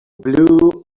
blew